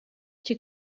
chi